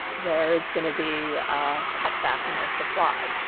there's going to be a cutback in our supply